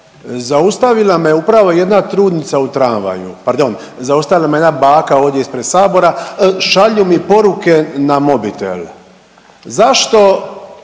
Zaustavila me upravo jedna trudnica u tramvaju, pardon zaustavila me jedna baka ovdje ispred sabora, šalju mi poruke na mobitel zašto